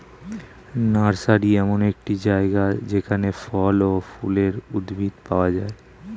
nursery এমন একটি জায়গা যেখানে ফল ও ফুলের উদ্ভিদ পাওয়া যায়